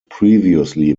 previously